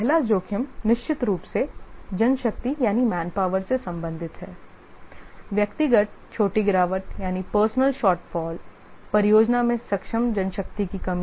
पहला जोखिम निश्चित रूप से जनशक्ति यानी से संबंधित है व्यक्तिगत छोटी गिरावट परियोजना में सक्षम जनशक्ति की कमी